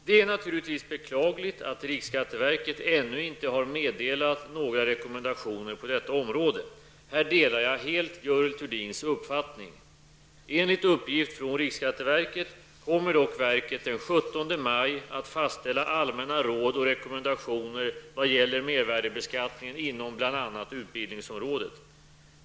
Det är naturligtvis beklagligt att riksskatteverket ännu inte har meddelat några rekommendationer på detta område. Här delar jag helt Görel Thurdins uppfattning. Enligt uppgift från riksskatteverket kommer dock verket den 17 maj att fastställa allmänna råd och rekommendationer vad gäller mervärdebeskattningen inom bl.a.